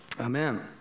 Amen